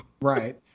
right